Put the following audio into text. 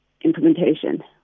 implementation